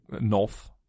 north